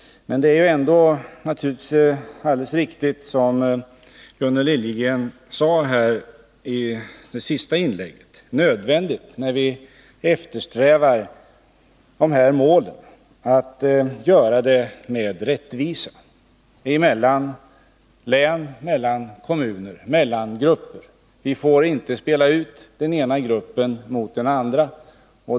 Men det är naturligtvis helt riktigt, som Gunnel Liljegren sade i det senaste inlägget, att när vi eftersträvar de här målen är det nödvändigt att göra det med rättvisa mellan län, mellan kommuner och mellan grupper. Vi får inte spela ut den ena gruppen mot den andra.